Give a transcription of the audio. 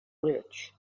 rich